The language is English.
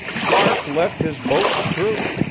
mark left his boat's crew,